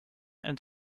and